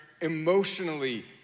emotionally